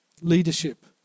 leadership